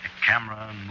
camera